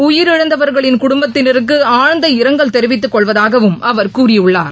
உயிரிழந்தவர்களின் குடும்பத்திற்கு ஆழ்ந்த இரங்கல் தெரிவித்துக் கொள்வதாகவும் அவர் கூறியுள்ளார்